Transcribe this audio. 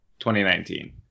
2019